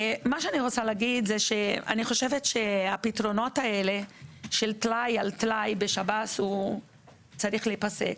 אני חושבת שהפתרונות האלה של טלאי על טלאי בשב"ס צריך להיפסק.